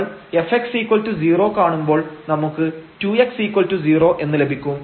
നമ്മൾ fx0 കാണുമ്പോൾ നമുക്ക് 2x0 എന്ന് ലഭിക്കും